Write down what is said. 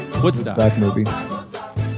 Woodstock